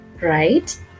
right